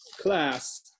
class